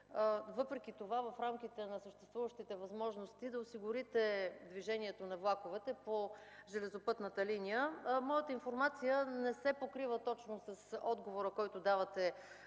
въпреки това в рамките на съществуващите възможности да осигурите движението на влаковете по железопътната линия. Моята информация не се покрива точно с отговора, който давате